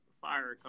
fire